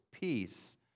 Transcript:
peace